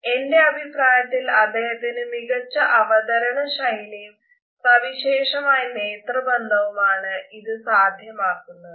എന്റെ അഭിപ്രായത്തിൽ അദ്ദേഹത്തിന്റെ മികച്ച അവതരണ ശൈലിയും സവിശേഷമായ നേത്രബന്ധവും ആണ് ഇത് സാധ്യമാക്കുന്നത്